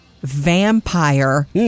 vampire